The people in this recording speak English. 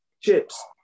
Chips